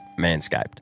Manscaped